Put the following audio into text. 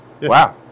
Wow